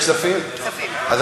כספים, כספים, חיים.